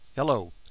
Hello